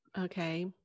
Okay